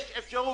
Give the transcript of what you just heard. יש אפשרות.